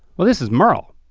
well this is merle.